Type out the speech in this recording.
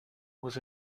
was